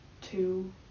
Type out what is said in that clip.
two